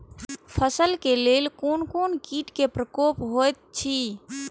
फसल के लेल कोन कोन किट के प्रकोप होयत अछि?